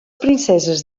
princeses